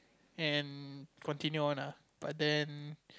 and continue on ah but then